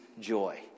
joy